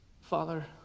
Father